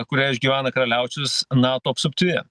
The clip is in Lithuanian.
kurią išgyvena karaliaučius nato apsuptyje